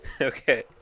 Okay